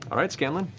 all right, scanlan.